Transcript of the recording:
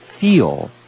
feel